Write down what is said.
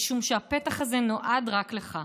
משום שהפתח הזה נועד רק לך.